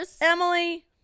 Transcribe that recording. emily